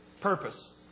purpose